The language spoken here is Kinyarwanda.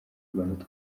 rwanda